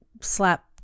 slap